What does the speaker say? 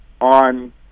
on